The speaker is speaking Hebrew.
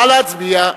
נא להצביע.